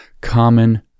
common